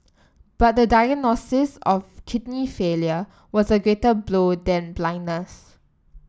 but the diagnosis of kidney failure was a greater blow than blindness